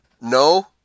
no